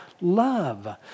love